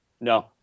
No